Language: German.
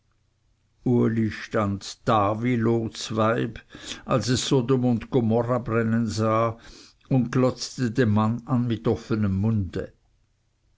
uli stand da wie lots weib als es sodom und gomorrha brennen sah und glotzte den mann an mit offenem munde